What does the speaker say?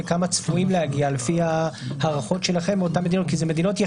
וכמה צפויים להגיע לפי ההערכות שלכם מאותן מדינות.